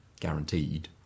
guaranteed